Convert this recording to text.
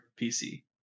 PC